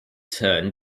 turn